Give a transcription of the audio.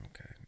Okay